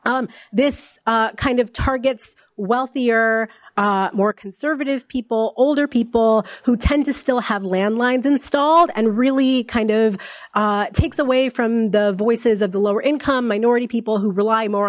s this kind of targets wealthier more conservative people older people who tend to still have landlines installed and really kind of takes away from the voices of the lower income minority people who rely more